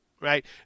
right